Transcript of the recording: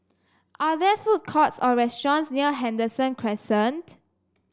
are there food courts or restaurants near Henderson Crescent